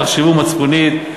תחשבו מצפונית,